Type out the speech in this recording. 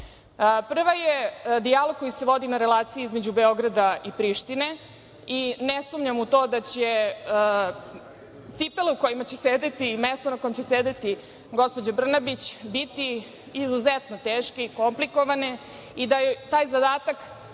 Prva je dijalog koji se vodi na relaciji između Beograda i Prištine i ne sumnjam u to da će cipele u kojima će sedeti, mesto na kojem će sediti gospođa Brnabić biti izuzetno teške i komplikovane i da će je taj zadatak,